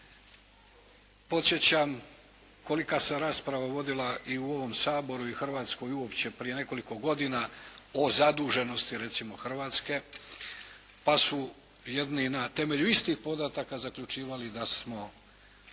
Podsjećam kolika se rasprava vodila i u ovom Saboru i Hrvatskoj uopće prije nekoliko godina o zaduženosti recimo Hrvatske, pa su jedni na temelju istih podataka zaključivali da smo